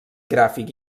gràfic